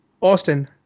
Austin